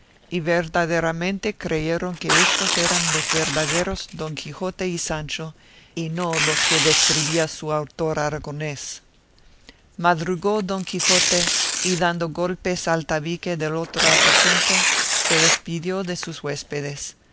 y verdaderamente creyeron que éstos eran los verdaderos don quijote y sancho y no los que describía su autor aragonés madrugó don quijote y dando golpes al tabique del otro aposento se despidió de sus huéspedes